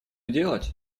делать